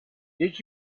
did